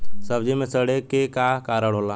सब्जी में सड़े के का कारण होला?